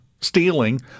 stealing